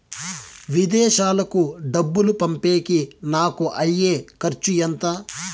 విదేశాలకు డబ్బులు పంపేకి నాకు అయ్యే ఖర్చు ఎంత?